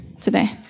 today